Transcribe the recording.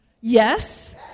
Yes